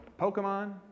Pokemon